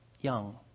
young